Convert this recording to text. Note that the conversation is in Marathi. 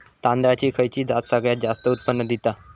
तांदळाची खयची जात सगळयात जास्त उत्पन्न दिता?